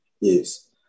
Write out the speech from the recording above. Yes